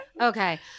Okay